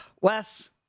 Wes